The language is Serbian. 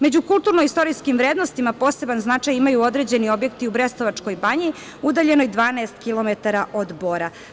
Među kulturno-istorijskim vrednostima poseban značaj imaju određeni objekti u Brestovačkoj banji, udaljenoj 12 kilometara od Bora.